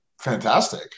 fantastic